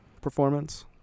performance